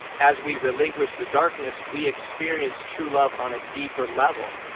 as we relinquish the darkness we experience true love on a deeper level.